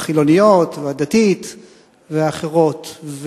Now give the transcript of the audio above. החילוניות והדתית ואחרות.